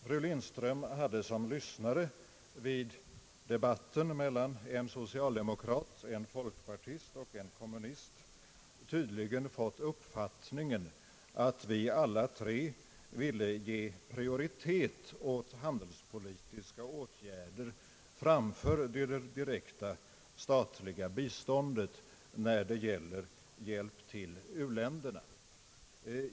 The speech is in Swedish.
Fru Lindström hade som lyssnare i debatten mellan en socialdemokrat, en folkpartist och en kommunist tydligen fått uppfattningen att vi alla tre ville ge prioritet åt handelspolitiska åtgärder framför det direkta statliga biståndet när det gäller hjälp till u-länderna.